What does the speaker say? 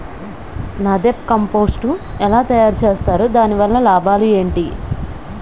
NADEP compost ఎలా తయారు చేస్తారు? దాని వల్ల లాభాలు ఏంటి?